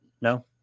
No